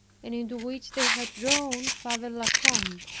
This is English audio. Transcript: and into which they had drawn father la combe.